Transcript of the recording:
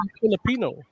Filipino